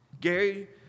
Gary